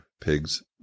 pigs